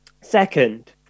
Second